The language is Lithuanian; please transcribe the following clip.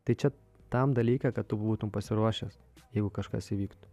tai čia tam dalyke kad tu būtum pasiruošęs jeigu kažkas įvyktų